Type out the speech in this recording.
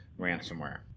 ransomware